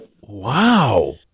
Wow